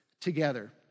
together